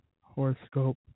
horoscope